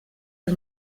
els